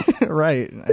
Right